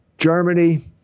Germany